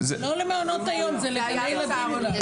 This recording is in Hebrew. לא למעונות היום, זה היה לילדים אולי.